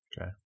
Okay